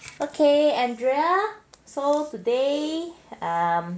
okay andrea so today um